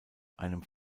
einem